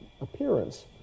appearance